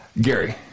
Gary